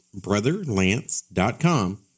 BrotherLance.com